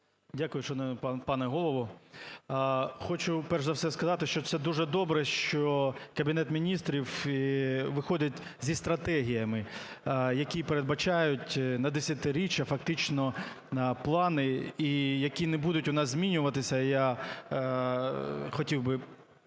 Дякую, шановний пане Голово. Хочу перш за все сказати, що це дуже добре, що Кабінет Міністрів виходить зі стратегіями, які передбачають на десятиріччя фактично плани, і які не будуть у нас змінюватися, я хотів би